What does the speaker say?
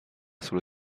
sulla